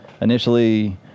Initially